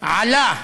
עלה,